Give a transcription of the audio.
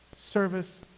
service